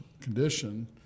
condition